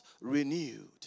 renewed